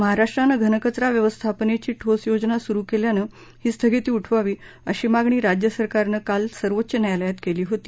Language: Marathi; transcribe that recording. महाराष्ट्रानं घनकचरा व्यवस्थापनाची ठोस योजना सुरू केल्यानं ही स्थगिती उठवावी अशी मागणी राज्य सरकारनं काल सर्वोच्च न्यायालयात केली होती